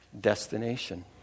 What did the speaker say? destination